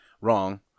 Wrong